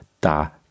da